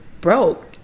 broke